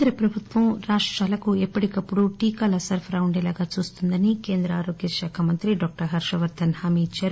కేంద్ర ప్రభుత్వం రాష్రాలకు ఎప్పటికప్పుడు టీకాల సరఫరా ఉండేలాగా చూస్తుందని కేంద్ర ఆరోగ్యశాఖ మంత్రి డాక్టర్ హార్షవర్ధన్ హామీ ఇచ్చారు